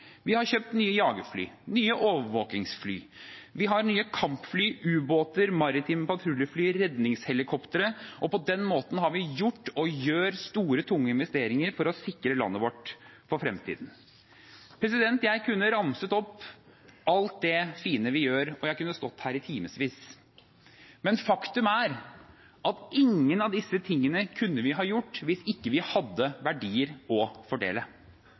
Vi har kjøpt nye jagerfly, nye overvåkingsfly, vi har nye kampfly, ubåter, maritime patruljefly, redningshelikoptre, og på den måten har vi gjort og gjør store, tunge investeringer for å sikre landet vårt for fremtiden. Jeg kunne ramset opp alt det fine vi gjør, og jeg kunne stått her i timevis. Men faktum er at ingen av disse tingene kunne vi ha gjort hvis vi ikke hadde verdier å fordele.